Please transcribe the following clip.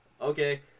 Okay